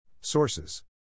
Sources